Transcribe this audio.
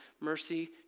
Mercy